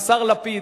השר לפיד,